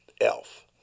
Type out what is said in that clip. Elf